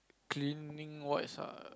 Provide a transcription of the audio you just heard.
cleaning wise ah